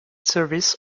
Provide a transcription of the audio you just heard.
service